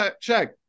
check